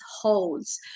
holds